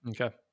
Okay